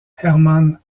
hermann